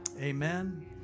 Amen